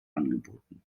angeboten